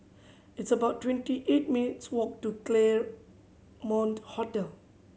it's about twenty eight minutes' walk to Claremont Hotel